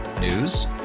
News